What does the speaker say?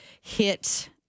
hit